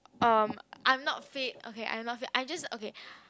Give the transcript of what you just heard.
um I'm not fit okay I'm not fit I'm just okay